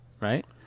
right